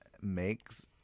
makes